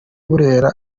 burera